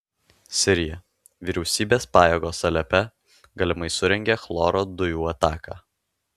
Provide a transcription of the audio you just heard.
sirija vyriausybės pajėgos alepe galimai surengė chloro dujų ataką